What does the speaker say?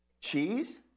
Cheese